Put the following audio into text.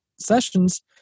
sessions